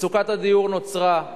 מצוקת הדיור נוצרה,